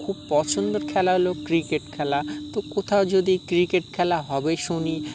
খুব পছন্দেরর খেলা হলো ক্রিকেট খেলা তো কোথাও যদি ক্রিকেট খেলা হবে শুনি